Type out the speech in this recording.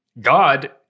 God